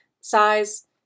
size